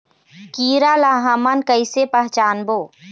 कीरा ला हमन कइसे पहचानबो?